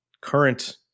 current